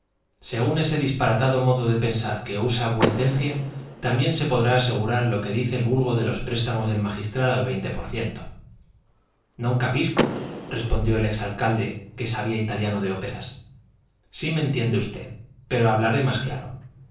según ese disparatado modo de pensar que usa vuecencia también se podrá asegurar lo que dice el vulgo de los préstamos del magistral al veinte por ciento non capisco respondió el ex alcalde que sabía italiano de óperas sí me entiende usted pero hablaré más claro